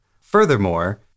Furthermore